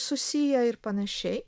susiję ir panašiai